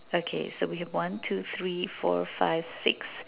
okay so we have one two three four five six